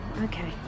Okay